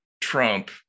Trump